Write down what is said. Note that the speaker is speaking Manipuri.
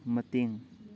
ꯃꯇꯦꯡ